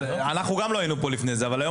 גם אנחנו לא היינו כאן לפני כן אבל היום